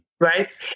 Right